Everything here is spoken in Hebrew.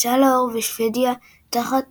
יצא לאור בשוודיה תחת